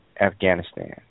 Afghanistan